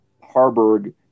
Harburg